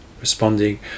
responding